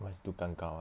why still 尴尬 [one]